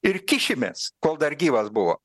ir kišimės kol dar gyvas buvo